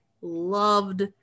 loved